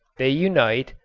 they unite,